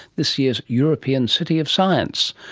this year's european city of science.